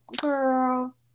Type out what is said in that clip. Girl